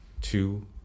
Two